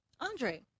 Andre